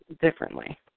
differently